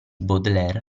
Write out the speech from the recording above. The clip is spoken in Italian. baudelaire